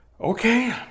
Okay